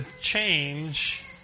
change